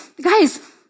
guys